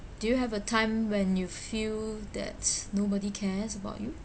do you have a time when you feel that nobody cares about you